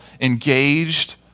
engaged